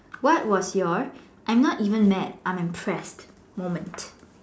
what was your I'm not even mad I'm impressed moment